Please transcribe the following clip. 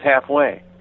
Halfway